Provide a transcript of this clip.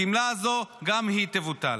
הגמלה הזאת, גם היא תבוטל.